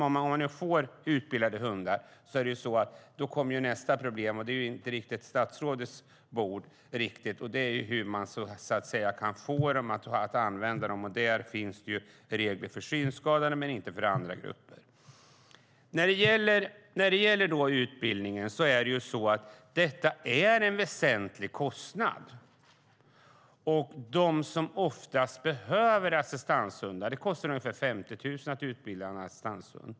Även om vi får fram utbildade hundar kommer nästa problem, fast det är inte riktigt statsrådets ansvarsområde, nämligen hur man får tillgång till en hund. Det finns regler för synskadade men inte för andra grupper. När det gäller utbildningen är det en väsentlig kostnad. Det kostar ungefär 50 000 kronor att utbilda en assistanshund.